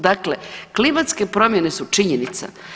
Dakle, klimatske promjene su činjenica.